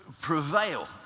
prevail